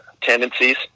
tendencies